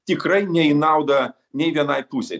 tikrai ne į naudą nei vienai pusei